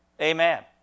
Amen